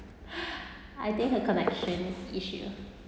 I think her connections issue